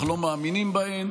אנחנו לא מאמינים בהן,